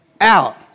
out